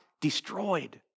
destroyed